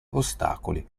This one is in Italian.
ostacoli